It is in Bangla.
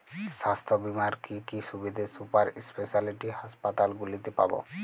স্বাস্থ্য বীমার কি কি সুবিধে সুপার স্পেশালিটি হাসপাতালগুলিতে পাব?